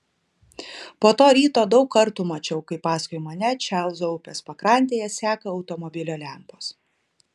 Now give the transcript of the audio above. po to ryto daug kartų mačiau kaip paskui mane čarlzo upės pakrantėje seka automobilio lempos